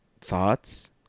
thoughts